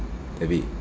debbie